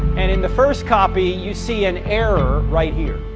and in the first copy, you see an error right here.